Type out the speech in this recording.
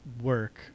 work